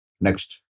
Next